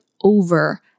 over